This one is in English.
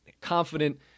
Confident